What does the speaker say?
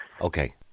okay